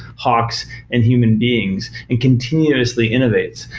hawks and human beings and continuously innovate?